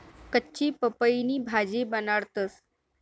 कच्ची पपईनी भाजी बनाडतंस